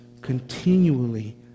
continually